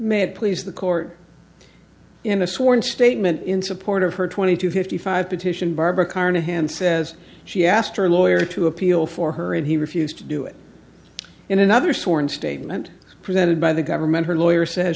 made please the court in a sworn statement in support of her twenty two fifty five petition barbara carnahan says she asked her lawyer to appeal for her and he refused to do it in another sworn statement presented by the government her lawyer says